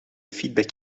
feedback